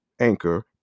Anchor